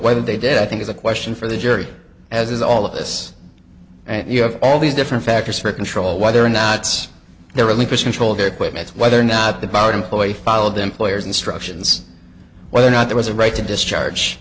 whether they did i think is a question for the jury as is all of this and you have all these different factors for control whether or not they're really pushing shoulder equipment whether or not the bar employee follow the employer's instructions whether or not there was a right to discharge